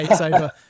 over